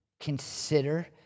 consider